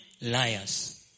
liars